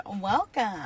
welcome